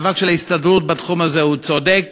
המאבק של ההסתדרות בתחום הזה הוא צודק,